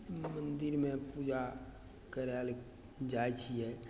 मन्दिरमे पूजा करय लए जाइ छियै